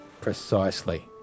Precisely